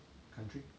country